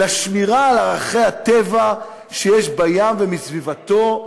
לשמירה על ערכי הטבע של הים וסביבתו,